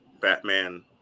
Batman